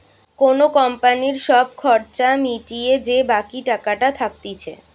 কোন কোম্পানির সব খরচা মিটিয়ে যে বাকি টাকাটা থাকতিছে